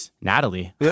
Natalie